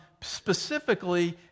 specifically